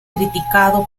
criticado